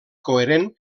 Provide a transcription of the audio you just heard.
coherent